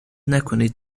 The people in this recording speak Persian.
نکنید